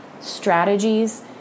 strategies